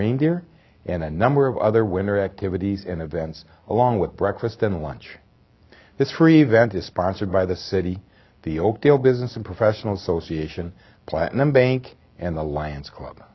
reindeer and a number of other winter activities and events along with breakfast and lunch this free event is sponsored by the city the oakdale business and professional association platinum bank and the lions club